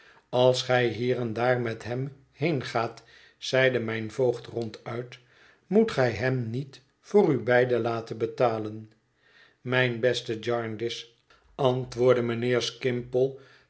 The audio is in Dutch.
als gij hier en daar met hem heen gaat zeide mijn voogd ronduit moet gij hem niet voor u beiden laten betalen mijn beste jarndyce antwoordde mijnheer